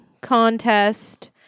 contest